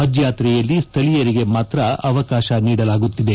ಪಜ್ ಯಾತ್ರೆಯಲ್ಲಿ ಸ್ಲಳೀಯರಿಗೆ ಮಾತ್ರ ಅವಕಾಶ ನೀಡಲಾಗುತ್ತಿದೆ